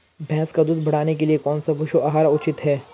भैंस का दूध बढ़ाने के लिए कौनसा पशु आहार उचित है?